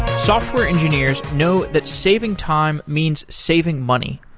software engineers know that saving time means saving money.